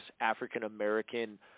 African-American